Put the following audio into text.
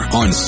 on